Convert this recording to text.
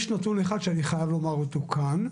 יש נתון אחד שאני חייב לומר אותו כאן.